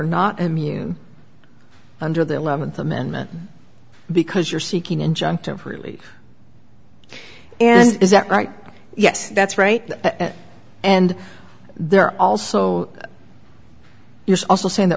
not immune under the eleventh amendment because you're seeking injunctive relief and is that right yes that's right and they're also us also saying that